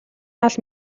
мал